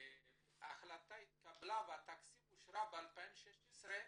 כשההחלטה התקבלה והתקציב אושר ב-2016,